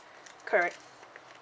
correct